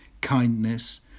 kindness